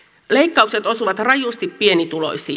leikkaukset osuvat rajusti pienituloisiin